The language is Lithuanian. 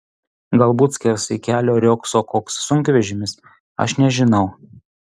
galbūt skersai kelio riogso koks sunkvežimis aš nežinau